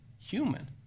human